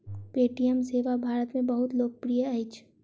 Paytm सेवा भारत में बहुत लोकप्रिय अछि